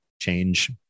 change